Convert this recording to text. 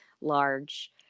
large